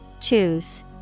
Choose